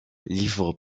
livres